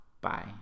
Bye